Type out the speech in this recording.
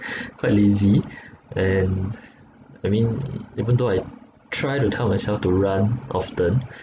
quite lazy and I mean even though I try to tell myself to run often